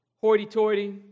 hoity-toity